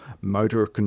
motor